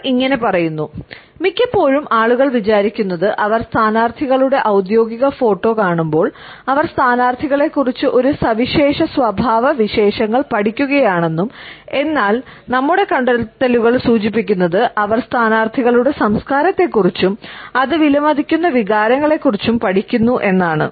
അവർ ഇങ്ങനെ പറയുന്നു മിക്കപ്പോഴും ആളുകൾ വിചാരിക്കുന്നത് അവർ സ്ഥാനാർത്ഥികളുടെ ഔദ്യോഗിക ഫോട്ടോ കാണുമ്പോൾ അവർ സ്ഥാനാർത്ഥികളെക്കുറിച്ച് ഒരു സവിശേഷ സ്വഭാവവിശേഷങ്ങൾ പഠിക്കുകയാണെന്നും എന്നാൽ ഞങ്ങളുടെ കണ്ടെത്തലുകൾ സൂചിപ്പിക്കുന്നത് അവർ സ്ഥാനാർത്ഥികളുടെ സംസ്കാരത്തെക്കുറിച്ചും അത് വിലമതിക്കുന്ന വികാരങ്ങളെക്കുറിച്ചും പഠിക്കുന്നു എന്നാണ്